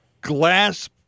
glass